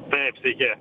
taip sveiki